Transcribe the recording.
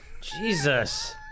Jesus